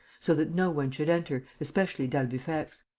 so that no one should enter, especially d'albufex.